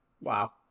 Wow